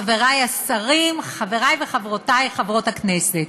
חברי השרים, חברי וחברותי חברות הכנסת,